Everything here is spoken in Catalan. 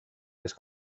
les